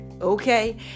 Okay